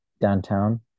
downtown